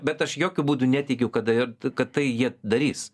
bet aš jokiu būdu neteigiu kada ir kad tai jie darys